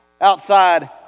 outside